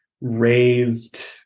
raised